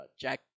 jack